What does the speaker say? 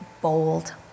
bold